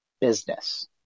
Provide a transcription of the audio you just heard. business